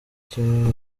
kimwe